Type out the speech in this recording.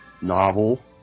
novel